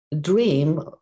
dream